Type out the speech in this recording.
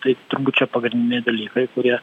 tai turbūt čia pagrindiniai dalykai kurie